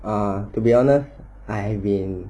ah to be honest I've been